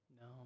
No